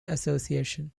association